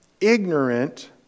ignorant